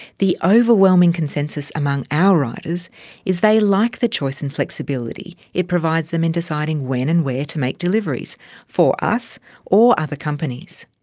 the overwhelming consensus among our riders is they like the choice and flexibility it provides them in deciding when and where to make deliveries for us or other companies.